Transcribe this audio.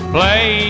Play